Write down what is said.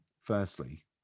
firstly